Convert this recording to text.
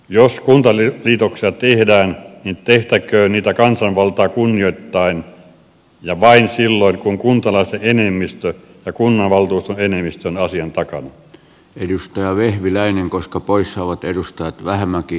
jos kuntaliitoksia tehdään niin tehtäköön niitä kansanvaltaa kunnioittaen ja vain silloin kun kuntalaisten enemmistö kunnanvaltuuttu enemmistön asian takaa nyt ja kunnanvaltuuston enemmistö on asian takana